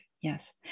yes